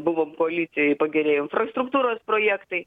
buvom koalicijoj pagerėjo infrastruktūros projektai